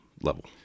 level